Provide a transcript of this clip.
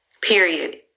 Period